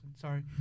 Sorry